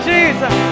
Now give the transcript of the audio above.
Jesus